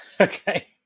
Okay